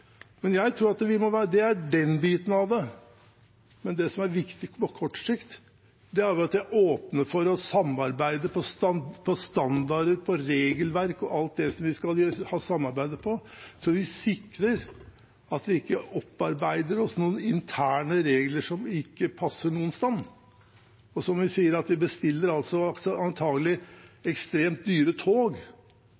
Det er den biten av det, men det som er viktigst på kort sikt, er at vi åpner for å samarbeide om standarder, om regelverk og alt det som vi skal ha samarbeid om, så vi sikrer at vi ikke opparbeider oss noen interne regler som ikke passer noe sted. Vi bestiller antakelig ekstremt dyre tog, fordi vi følger andre standarder enn det man produserer. Vi